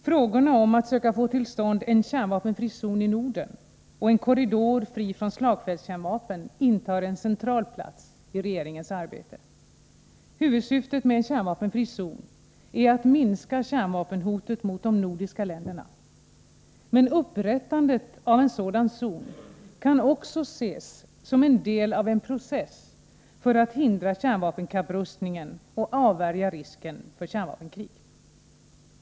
Frågorna om att söka få till stånd en kärnvapenfri zon i Norden och en korridor fri från slagfältskärnvapen intar en central plats i regeringens arbete. Huvudsyftet med en kärnvapenfri zon är att minska kärnvapenhotet mot de nordiska länderna. Men upprättandet av en sådan zon kan också ses som en del av en process för att hindra kärnvapenkapprustningen och avvärja risken för kärnvapenkrig.